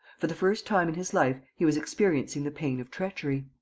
for the first time in his life he was experiencing the pain of treachery.